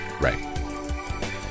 Right